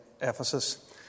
Ephesus